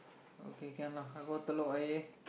okay can lah I go Telok Ayer